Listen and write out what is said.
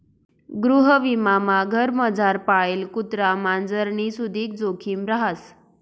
गृहविमामा घरमझार पाळेल कुत्रा मांजरनी सुदीक जोखिम रहास